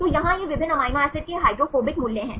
तो यहाँ ये विभिन्न अमीनो एसिड के हाइड्रोफोबिक मूल्य हैं